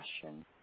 question